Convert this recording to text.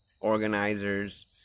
organizers